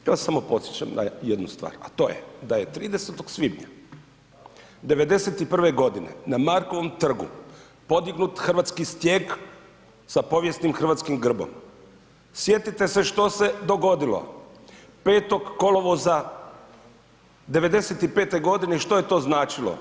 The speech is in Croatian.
Ja vas samo podsjećam na jednu stvar, a to je da je 30. svibnja '91. godine na Markovom trgu podignut Hrvatski stijeg sa povijesnim hrvatskim grbom, sjetite se što se dogodilo, 5. kolovoza '95. godine što je to značilo.